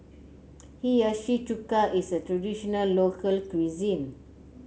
Hiyashi Chuka is a traditional local cuisine